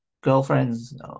girlfriends